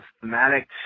thematic